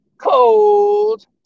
cold